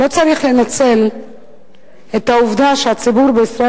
לא צריך לנצל את העובדה שהציבור בישראל